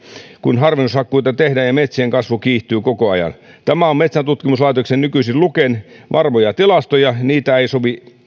kun harvennushakkuita tehdään ja metsien kasvu kiihtyy koko ajan tämä on metsäntutkimuslaitoksen nykyisen luken varmoja tilastoja niitä ei sovi